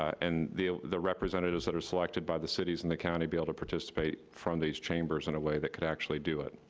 and the the representatives that are selected by the cities and the county be able to participate from these chambers in a way that could actually do it?